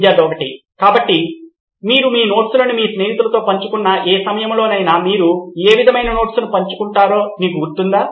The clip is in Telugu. స్టూడెంట్ 1 కాబట్టి మీరు మీ నోట్స్లను మీ స్నేహితులతో పంచుకున్న ఏ సమయంలోనైనా మీరు ఏ విధమైన నోట్స్ను పంచుకుంటారో మీకు గుర్తుందా